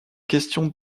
questions